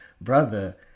brother